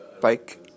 bike